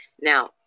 now